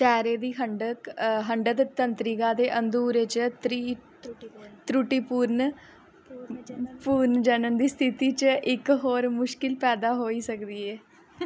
चेह्रे दी खंडत तंत्रिका दे अधूरे जां त्रुटिपूर्ण पुनर्जनन दी स्थिति च इक होर मुश्कल पैदा होई सकदी ऐ